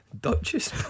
Duchess